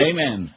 Amen